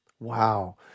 Wow